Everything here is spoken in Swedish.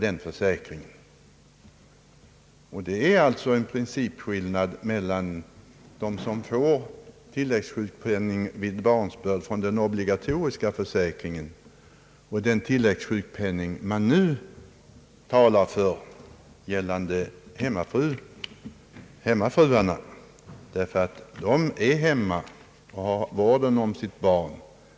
Det är alltså en principskillnad mellan den obligatoriska försäkringen, som ger tilläggssjukpenning vid barnsbörd, och den försäkring för tilläggssjukpenning som man nu talar om och som gäller hemmafruarna — därför att de är hemma och tar vården om sitt barn.